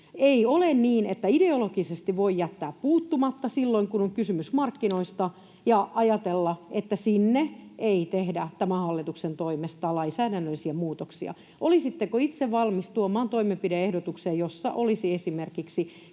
Ei ole niin, että ideologisesti voi jättää puuttumatta silloin, kun on kysymys markkinoista, ja ajatella, että sinne ei tehdä tämän hallituksen toimesta lainsäädännöllisiä muutoksia. Olisitteko itse valmis tuomaan toimenpide-ehdotuksen, jossa olisi esimerkiksi